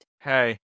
Hey